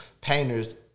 painters